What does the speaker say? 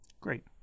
Great